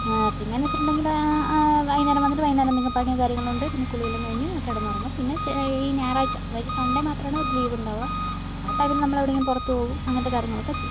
പിന്നെന്നു വെച്ചിട്ടുണ്ടെങ്കില് വൈകുന്നേരം വന്നിട്ട് വൈകുന്നേരം എന്തെങ്കിലും പണിയും കാര്യങ്ങളും ഉണ്ട് പിന്നെ കുളിയെല്ലാം കഴിഞ്ഞ് കിടന്നുറങ്ങും പിന്നെ ഈ ഞായറാഴ്ച അതായത് സണ്ഡേ മാത്രാണ് ലീവുണ്ടാവുക ആ ടൈമില് നമ്മളെവിടെയെങ്കിലും പുറത്തു പോവും അങ്ങനത്തെ കാര്യങ്ങളൊക്കെ ചെയ്യും